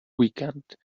weekend